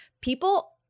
people